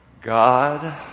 God